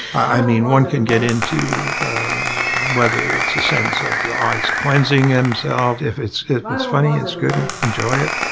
i mean, one can get into whether it's a sense of the eyes cleansing themselves. if it's if it's funny, it's good. and enjoy it.